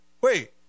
wait